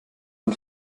man